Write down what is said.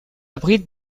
abrite